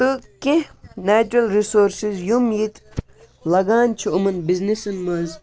تہٕ کینٛہہ natural resources یِم ییٚتہِ لَگان چھُ یِمَن بِزنٮ۪سَن مَنٛز